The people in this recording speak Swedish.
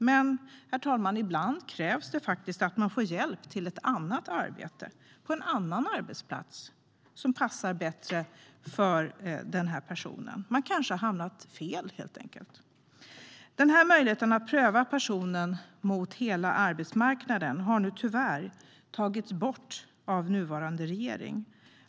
Men ibland, herr talman, krävs att man får hjälp till ett annat arbete, på en annan arbetsplats som passar bättre för personen. Man kanske helt enkelt har hamnat fel. Denna möjlighet att pröva personen mot hela arbetsmarknaden har nu tyvärr tagits bort av nuvarande regering.